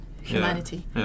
humanity